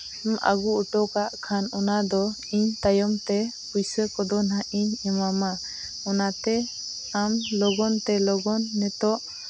ᱟᱹᱜᱩ ᱚᱴᱚ ᱠᱟᱜ ᱠᱷᱟᱱ ᱚᱱᱟ ᱫᱚ ᱤᱧ ᱛᱟᱭᱚᱢ ᱛᱮ ᱯᱩᱭᱥᱟᱹ ᱠᱚᱫᱚ ᱱᱟᱜ ᱤᱧ ᱮᱢᱟᱢᱟ ᱚᱱᱟᱛᱮ ᱟᱢ ᱞᱚᱜᱚᱱ ᱛᱮ ᱞᱚᱜᱚᱱ ᱱᱤᱛᱳᱜ